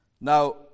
Now